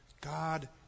God